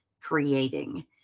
creating